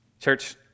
Church